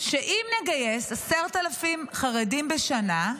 שאם נגייס 10,000 חרדים בשנה,